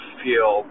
feel